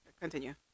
continue